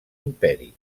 imperi